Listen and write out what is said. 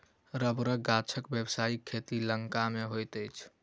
रबड़ गाछक व्यवसायिक खेती लंका मे होइत अछि